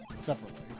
separately